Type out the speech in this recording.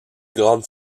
grande